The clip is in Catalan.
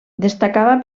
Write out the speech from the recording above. destacava